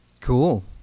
cool